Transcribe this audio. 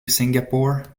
singapore